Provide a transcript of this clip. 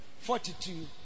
Forty-two